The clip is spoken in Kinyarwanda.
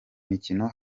mikino